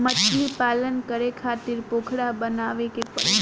मछलीपालन करे खातिर पोखरा बनावे के पड़ेला